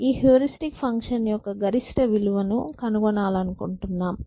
ఈ heuristic function యొక్క గరిష్ట విలువను కనుగొనాలనుకుంటున్నాము